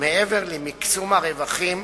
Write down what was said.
מעבר למקסום הרווחים,